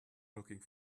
looking